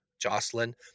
Jocelyn